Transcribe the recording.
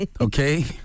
Okay